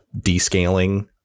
descaling